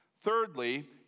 Thirdly